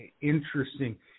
interesting